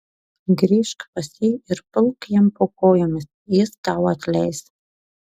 grįžk pas jį ir pulk jam po kojomis jis tau atleis